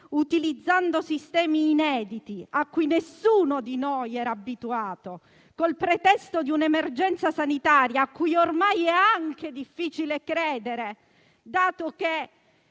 utilizzando sistemi inediti, a cui nessuno di noi era abituato, col pretesto di un'emergenza sanitaria a cui ormai è anche difficile credere, dato che